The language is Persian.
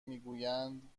میگویند